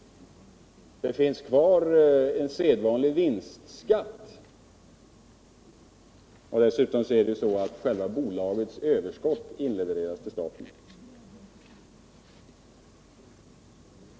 Det finns kvar en sedvanlig vinstskatt, och dessutom inlevereras bolagets överskott till staten.